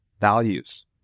values